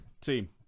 Team